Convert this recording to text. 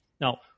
Now